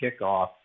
kickoff